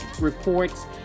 reports